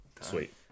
sweet